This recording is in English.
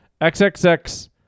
XXX